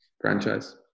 franchise